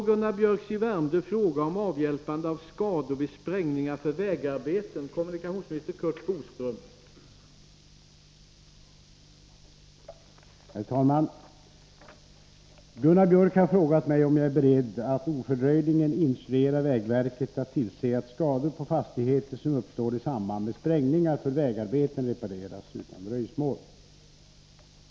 Gunnar Biörck i Värmdö har frågat mig om jag är beredd att ofördröjligen instruera vägverket att tillse att skador på fastigheter som uppstår i samband med sprängningar för vägarbeten repareras utan dröjsmål.